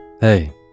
Hey